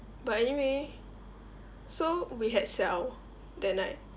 but anyway so we had cell that night